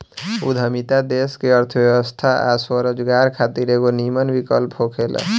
उद्यमिता देश के अर्थव्यवस्था आ स्वरोजगार खातिर एगो निमन विकल्प होखेला